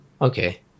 Okay